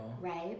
Right